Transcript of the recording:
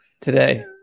today